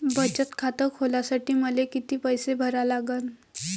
बचत खात खोलासाठी मले किती पैसे भरा लागन?